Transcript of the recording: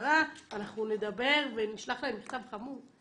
המשטרה אנחנו נדבר ונשלח להם מכתב חמור,